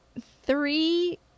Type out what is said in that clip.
three